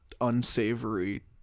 unsavory